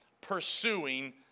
pursuing